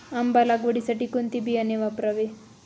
आंबा लागवडीसाठी कोणते बियाणे वापरावे?